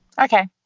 Okay